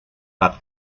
gat